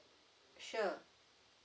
sure